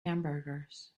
hamburgers